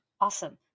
Awesome